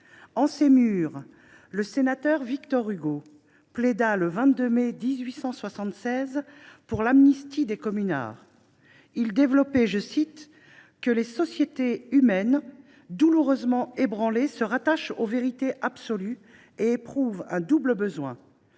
En ces murs, le sénateur Victor Hugo plaida le 22 mai 1876 pour l’amnistie des communards dans les termes suivants :« Les sociétés humaines, douloureusement ébranlées, se rattachent aux vérités absolues et éprouvent un double besoin,